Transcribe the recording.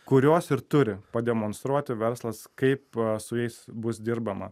kuriuos ir turi pademonstruoti verslas kaip su jais bus dirbama